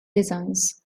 designs